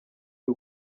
y’u